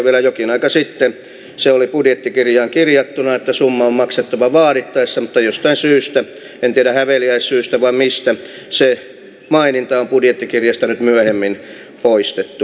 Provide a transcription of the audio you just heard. vielä jokin aika sitten se oli budjettikirjaan kirjattuna että summa on maksettava vaadittaessa mutta jostain syystä en tiedä häveliäisyyssyistä vai mistä se maininta on budjettikirjasta nyt myöhemmin poistettu